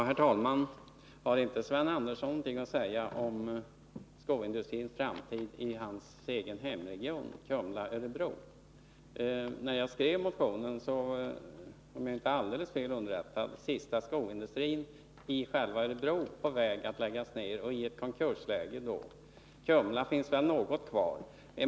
Herr talman! Har inte Sven Andersson något att säga om skoindustrins framtid i hans egen hemregion, Kumla-Örebro? När jag skrev motionen var, om jag inte är alldeles fel underrättad, sista skoindustrin i själva Örebro på väg att läggas ned och befann sig då i konkursläge. I Kumla finns väl något kvar.